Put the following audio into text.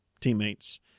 teammates